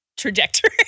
trajectory